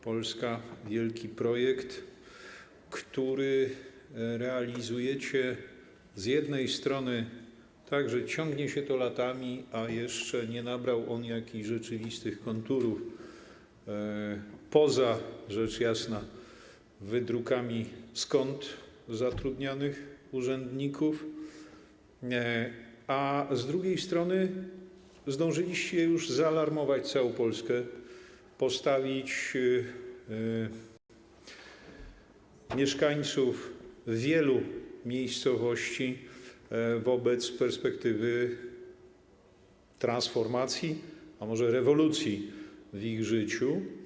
Polska, wielki projekt, który realizujecie z jednej strony tak, że ciągnie się to latami, a jeszcze nie nabrał jakichś rzeczywistych konturów poza, rzecz jasna, wydrukami z kont zatrudnianych urzędników, a z drugiej strony zdążyliście już zaalarmować całą Polskę, postawić mieszkańców wielu miejscowości wobec perspektywy transformacji, a może rewolucji w ich życiu.